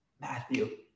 Matthew